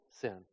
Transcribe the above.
sin